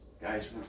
guys